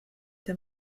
der